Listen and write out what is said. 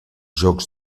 jocs